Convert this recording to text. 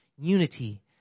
Unity